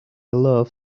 love